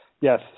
yes